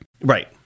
Right